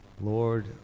Lord